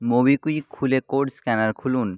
MobiKwik খুলে code scanner খুলুন